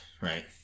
right